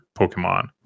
pokemon